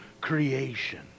creation